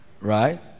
right